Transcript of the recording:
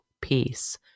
peace